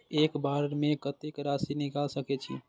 एक बार में कतेक राशि निकाल सकेछी?